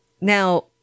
Now